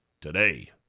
today